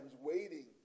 waiting